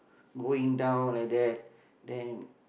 going down like that then